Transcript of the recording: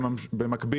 במקביל,